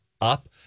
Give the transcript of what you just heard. up